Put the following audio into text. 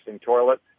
toilet